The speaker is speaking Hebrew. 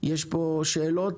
יש שאלות